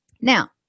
Now